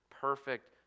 perfect